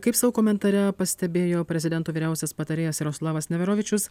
kaip savo komentare pastebėjo prezidento vyriausias patarėjas jaroslavas neverovičius